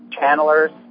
channelers